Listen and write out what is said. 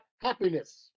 happiness